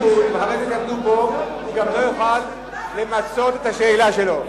הוא גם לא יוכל למצות את השאלה שלו.